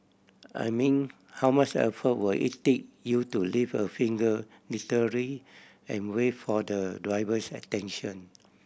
I mean how much effort would it take you to lift a finger literary and wave for the driver's attention